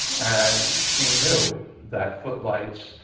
and she knew that footlights,